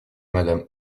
madame